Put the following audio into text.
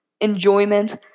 enjoyment